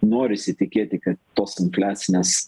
norisi tikėti kad tos infliacinės